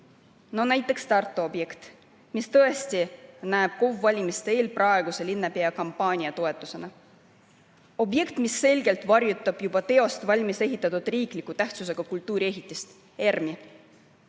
No näiteks Tartu objekt, mis tõesti näib KOV-ide valimiste eel praeguse linnapea kampaania toetusena. See on objekt, mis selgelt varjutab teist, juba valmis ehitatud riikliku tähtsusega kultuuriehitist ERM-i.